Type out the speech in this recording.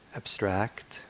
abstract